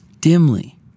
dimly